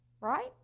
Right